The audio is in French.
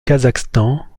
kazakhstan